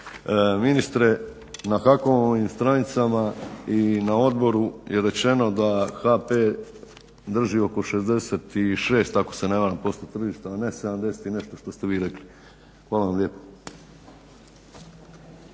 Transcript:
Hvala vam lijepo.